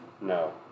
No